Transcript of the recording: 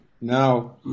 Now